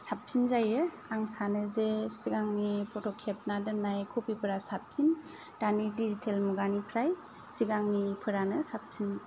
साबसिन जायो आं सानो जे सिगांनि फट' खेबना दोननाय कपि फोरा साबसिन दानि डिजिटेल मुगानिफ्राय सिगांनिफोरानो साबसिन